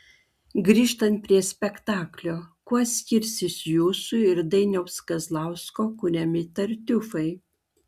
grįžtant prie spektaklio kuo skirsis jūsų ir dainiaus kazlausko kuriami tartiufai